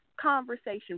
conversation